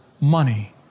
money